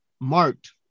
marked